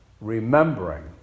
remembering